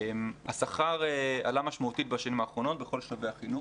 השכר עלה משמעותית בשנים האחרונות בכל שלבי החינוך,